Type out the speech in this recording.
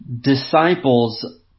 disciples